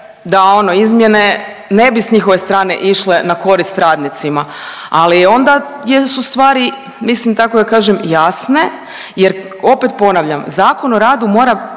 da ono izmjene ne bi s njihove strane išle na korist radnicima. Ali onda jesu stvari mislim tako da kažem jasne jer opet ponavljam Zakon o radu mora